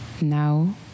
Now